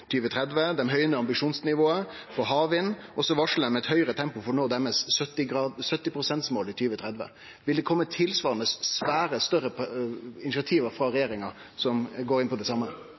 ambisjonsnivået på havvind og varslar eit høgare tempo for 70-pst.-målet sitt i 2030. Vil det kome tilsvarande svære initiativ frå regjeringa som går inn på det same?